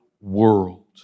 world